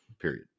period